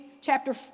chapter